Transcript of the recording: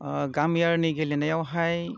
गामियारिनि गेलेनायावहाय